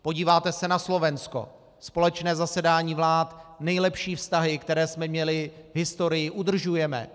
Podíváte se na Slovensko společné zasedání vlád, nejlepší vztahy, které jsme měli v historii, udržujeme.